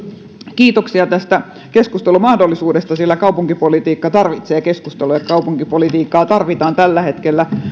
kiitoksia tästä keskustelumahdollisuudesta sillä kaupunkipolitiikka tarvitsee keskustelua ja kaupunkipolitiikkaa tarvitaan tällä hetkellä kun